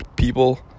people